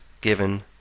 given